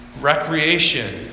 recreation